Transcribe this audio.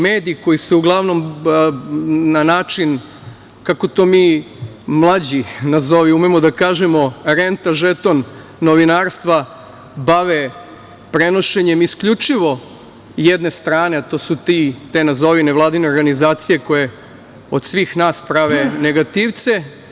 Mediji koji su uglavnom na način kako mi to mlađi, nazovi, umemo da kažemo renta žeton novinarstva bave prenošenjem isključivo jedne strane, a to su te, nazovi nevladine organizacije koje od svih nas prave negativce.